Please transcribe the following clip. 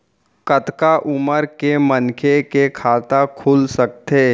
कतका उमर के मनखे के खाता खुल सकथे?